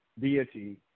deity